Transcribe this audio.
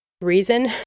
reason